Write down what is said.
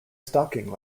stalking